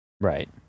right